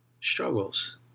struggles